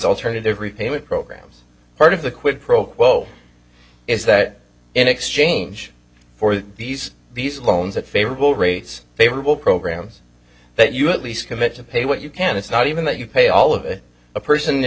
alternative repayment programs part of the quid pro quo is that in exchange for these these loans at favorable rates favorable programs that you at least commit to pay what you can it's not even that you pay all of it a person